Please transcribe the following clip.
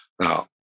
now